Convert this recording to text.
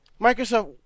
Microsoft